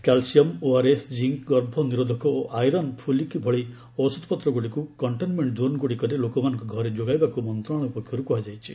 calcium ORS zinc ଗର୍ଭନିରୋଧକ ଓ iron folic ଭଳି ଔଷଧପତ୍ରଗୁଡ଼ିକୁ କଣ୍ଟେନ୍ମେଣ୍ଟ କୋନ୍ଗୁଡ଼ିକରେ ଲୋକମାନଙ୍କ ଘରେ ଯୋଗାଇବାକୁ ମନ୍ତ୍ରଣାଳୟ ପକ୍ଷରୁ କୁହାଯାଇଛି